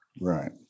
Right